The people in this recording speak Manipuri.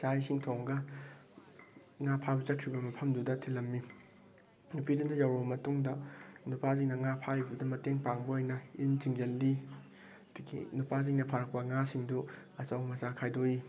ꯆꯥꯛ ꯏꯁꯤꯡ ꯊꯣꯡꯉꯒ ꯉꯥ ꯐꯥꯕ ꯆꯠꯈ꯭ꯔꯤꯕ ꯃꯐꯝꯗꯨꯗ ꯊꯤꯜꯂꯝꯃꯤ ꯅꯨꯄꯤꯗꯨꯅ ꯌꯧꯔꯕ ꯃꯇꯨꯡꯗ ꯅꯨꯄꯥꯁꯤꯡꯅ ꯉꯥ ꯐꯥꯔꯤꯕ ꯑꯗꯨꯗ ꯃꯇꯦꯡ ꯄꯥꯡꯕ ꯑꯣꯏꯅ ꯏꯟ ꯆꯤꯡꯖꯜꯂꯤ ꯑꯗꯒꯤ ꯅꯨꯄꯥꯁꯤꯡꯅ ꯐꯥꯔꯛꯄ ꯉꯥꯁꯤꯡꯗꯣ ꯑꯆꯧꯕ ꯃꯆꯥ ꯈꯥꯏꯗꯣꯛꯏ